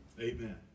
Amen